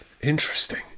Interesting